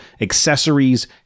accessories